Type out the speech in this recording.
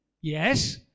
yes